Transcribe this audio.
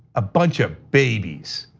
a bunch of babies.